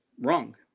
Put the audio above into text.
wrong